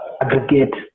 aggregate